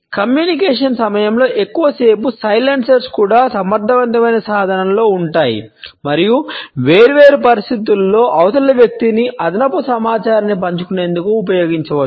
communication సమయంలో ఎక్కువసేపు సైలెన్సర్లు కూడా సమర్థవంతమైన సాధనంలో ఉంటాయి మరియు వేర్వేరు పరిస్థితులలో అవతలి వ్యక్తిని అదనపు సమాచారాన్ని పంచుకునేందుకు ఉపయోగించవచ్చు